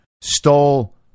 stole